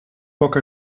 poc